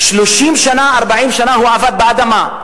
30 שנה, 40 שנה הוא עבד אדמה.